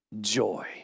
joy